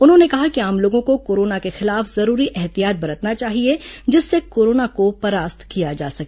उन्होंने कहा कि आम लोगों को कोरोना के खिलाफ जरूरी ऐहतियात बरतना चाहिए जिससे कोरोना को परास्त किया जा सके